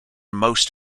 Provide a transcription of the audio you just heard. most